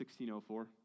1604